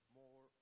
more